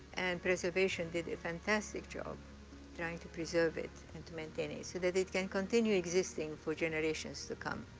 and preservation did a fantastic job trying to preserve it and to maintain it so that it can continue existing for generations to come.